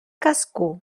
cascú